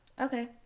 Okay